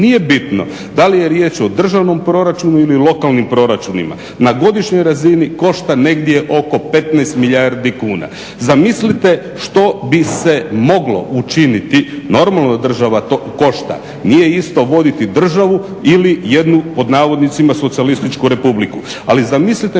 nije bitno da li je riječ o državnom proračunu ili lokalnim proračunima, na godišnjoj razini košta negdje oko 15 milijardi kuna. Zamislite što bi se moglo učiniti, normalno da državu to košta, nije isto voditi državu ili jednu pod navodnicima "socijalističku" republiku. Ali zamislite što bi se moglo učiniti